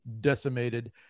decimated